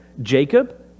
Jacob